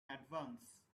advance